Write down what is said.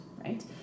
right